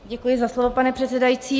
Děkuji za slovo, pane předsedající.